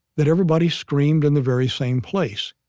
that everybody screamed in the very same place.